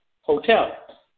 hotel